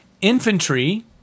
Infantry